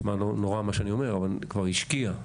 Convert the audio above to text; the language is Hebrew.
נשמע נורא מה שאני אומר, אבל כבר השקיעה